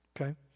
okay